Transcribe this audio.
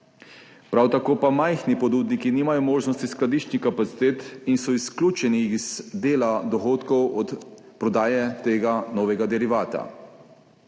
Prav tako pa majhni ponudniki nimajo možnosti skladiščnih kapacitet in so izključeni iz dela dohodkov od prodaje tega novega derivata.